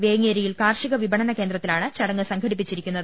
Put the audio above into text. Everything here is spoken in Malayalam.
വേങ്ങേരിയിലെ കാർഷിക വിപണന കേന്ദ്രത്തിലാണ് ചടങ്ങ് സംഘടിപ്പിച്ചിരിക്കുന്നത്